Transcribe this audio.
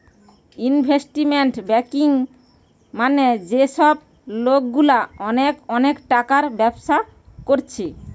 investment banking মানে যে সব লোকগুলা অনেক অনেক টাকার ব্যবসা কোরছে